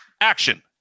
action